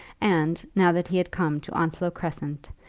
and, now that he had come to onslow crescent,